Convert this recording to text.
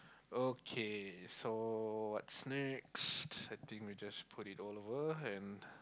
okay so what's next I think we just put it all over and